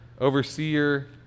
overseer